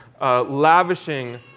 lavishing